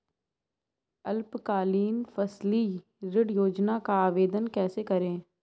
अल्पकालीन फसली ऋण योजना का आवेदन कैसे करें?